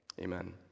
Amen